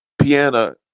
piano